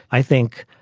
i think,